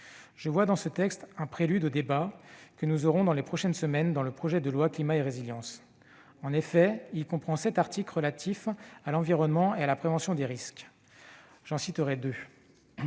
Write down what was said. je vois dans ce texte un prélude aux débats que nous aurons dans les prochaines semaines lors de l'examen du projet de loi Climat et résilience. En effet, il comprend sept articles relatifs à l'environnement et à la prévention des risques. J'en citerai deux.